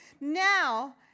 Now